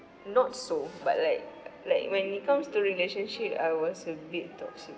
not so but like like when it comes to relationship I was a bit toxic